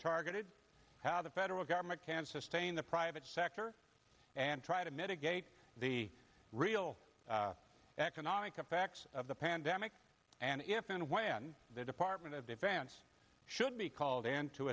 targeted how the federal government can sustain the private sector and try to mitigate the real economic effects of the pandemic and if and when the department of defense should be called in to